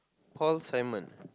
Paul-Simon